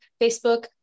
Facebook